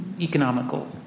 economical